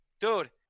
dude